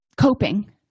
coping